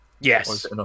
Yes